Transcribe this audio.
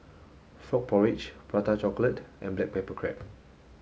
Frog Porridge Prata Chocolate and Black Pepper Crab